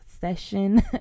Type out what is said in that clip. session